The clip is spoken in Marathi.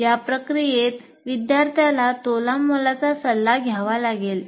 या प्रक्रियेत विद्यार्थ्याला तोलामोलाचा सल्ला घ्यावा लागेल